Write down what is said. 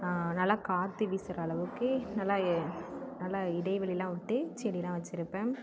நல்லா காற்று வீசுகிற அளவுக்கு நல்லா இ நல்லா இடைவெளியெலாம் விட்டு செடியெலாம் வச்சுருப்பேன்